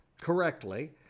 correctly